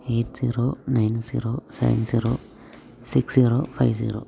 eight zero nine zero seven zero six zero five zero